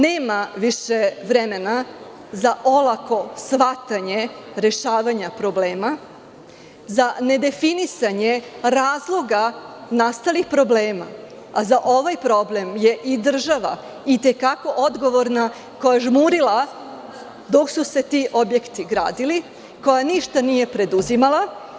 Nema više vremena za olako shvatanje rešavanja problema, za nedefinisanje razloga nastalih problema, a za ovaj problem je i država i te kako odgovorna, koja je žmurila dok su se ti objekti gradili, koja ništa nije preduzimala.